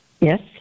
Yes